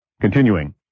Continuing